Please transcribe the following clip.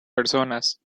personas